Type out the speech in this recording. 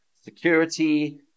security